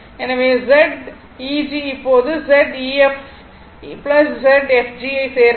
எனவே Zeg இப்போது Zef Zfg ஐச் சேர்க்கவும்